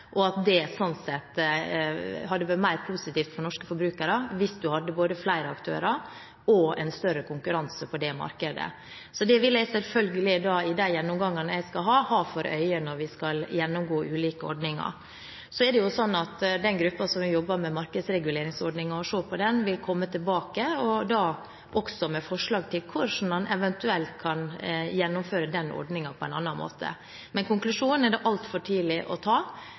og at det sånn sett hadde vært mer positivt for norske forbrukere hvis det hadde vært flere aktører og en større konkurranse i det markedet. Jeg vil selvfølgelig ha det for øye i de gjennomgangene jeg skal ha når vi skal gjennomgå ulike ordninger. Den gruppen som har jobbet med å se på markedsreguleringsordningen, vil komme tilbake også med forslag til hvordan man eventuelt kan gjennomføre den ordningen på en annen måte. Men konklusjonen er det altfor tidlig å